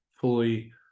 fully